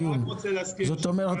תודה רבה.